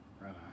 Right